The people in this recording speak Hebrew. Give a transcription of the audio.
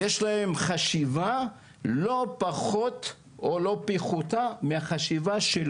יש להן חשיבה לא פחות או לא פחותה מהחשיבה של,